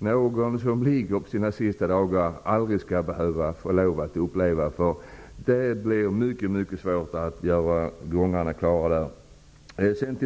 ingen som ligger på sitt yttersta skall behöva vara med om. Det skulle bli mycket svårt att dra gränserna där.